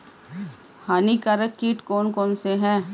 हानिकारक कीट कौन कौन से हैं?